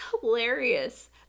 hilarious